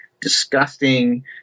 disgusting